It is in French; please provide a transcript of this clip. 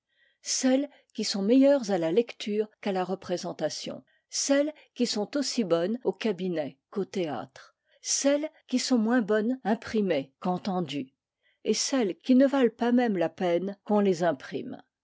celles qui sont meilleures à la lecture qu'à la représentation celles qui sont aussi bonnes au cabinet qu'au théâtre celles qui sont moins bonnes imprimées qu'entendues et celles qui ne valent pas même la peine qu'on les imprime